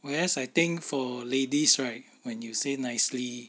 whereas I think for ladies right when you say nicely